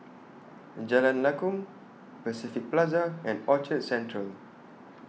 Jalan Lakum Pacific Plaza and Orchard Central